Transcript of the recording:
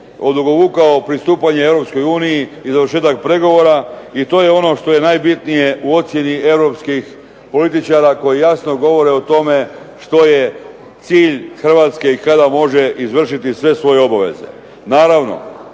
odvukao pristupanje Europskoj uniji i završetak pregovora i to je ono što je najbitnije u ocjeni europskih političara koji jasno govore o tome što je cilj Hrvatske i kada može izvršiti sve svoje obaveze. Naravno,